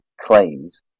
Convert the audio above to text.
claims